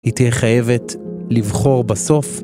היא תהיה חייבת לבחור בסוף?